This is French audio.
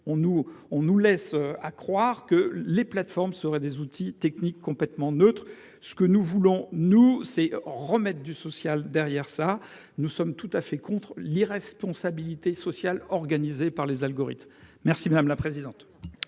on nous laisse à croire que les plateformes seraient des outils techniques complètement neutre. Ce que nous voulons nous, c'est remettre du social. Derrière ça, nous sommes tout à fait contre l'irresponsabilité sociale organisée par les algorithmes. Merci madame la présidente.